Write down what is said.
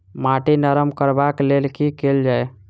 माटि नरम करबाक लेल की केल जाय?